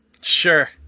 Sure